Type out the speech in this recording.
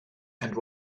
and